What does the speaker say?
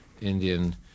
Indian